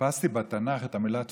חיפשתי בתנ"ך את המילה "תפוצות"